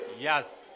Yes